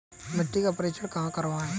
मिट्टी का परीक्षण कहाँ करवाएँ?